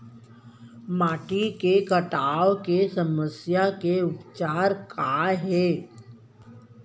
माटी के कटाव के समस्या के उपचार काय हे?